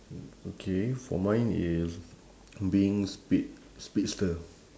okay for mine it's being speed~ speedster